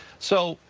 so,